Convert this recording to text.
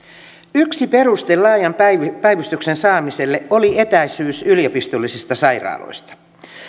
yksi peruste laajan päivystyksen saamiselle oli etäisyys yliopistollisista sairaaloista